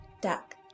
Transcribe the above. duck